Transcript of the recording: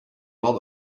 lot